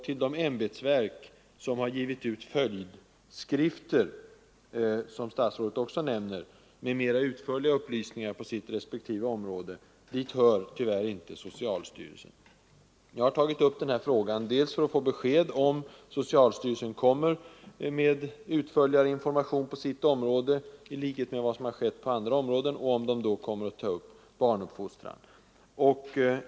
Till de ämbetsverk som har givit ut följdskrifter, som statsrådet också nämner, med mera utförliga upplysningar på sina respektive områden, hör tyvärr inte socialstyrelsen. Jag har tagit upp den här frågan för att få besked om huruvida socialstyrelsen kommer med utförligare information på sitt område, i likhet med vad som har skett på andra sektorer, och om man då kommer att ta upp frågor om barnuppfostran.